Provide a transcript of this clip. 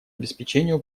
обеспечению